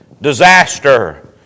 disaster